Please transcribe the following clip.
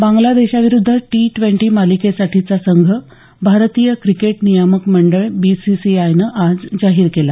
बांग्लादेशाविरुद्ध T twenty मालिकेसाठीचा संघ भारतीय क्रिकेट नियामक मंडळ बीसीसीआयने आज जाहीर केला